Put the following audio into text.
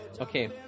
Okay